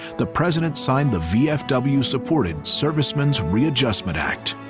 the president signed the vfw-supported servicemen's readjustment act,